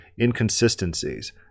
inconsistencies